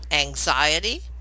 anxiety